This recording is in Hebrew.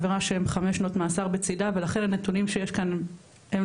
עבירה של חמש שנות מאסר בצידה ולכן הנתונים שיש כאן הם,